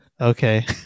okay